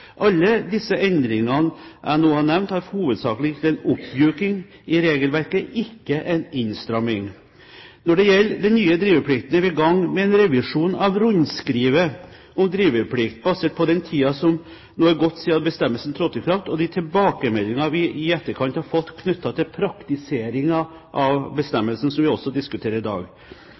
Alle disse endringene som jeg nå har nevnt, er hovedsakelig en oppmyking av regelverket, ikke en innstramming. Når det gjelder den nye driveplikten, er vi i gang med en revisjon av rundskrivet om driveplikt, basert på den tiden som er gått siden bestemmelsen trådte i kraft, og de tilbakemeldinger vi i etterkant har fått, knyttet til praktisering av bestemmelsen som vi diskuterer i dag.